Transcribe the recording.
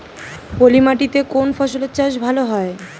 পলি মাটিতে কোন ফসলের চাষ ভালো হয়?